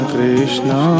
Krishna